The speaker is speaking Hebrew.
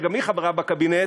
שגם היא חברה בקבינט,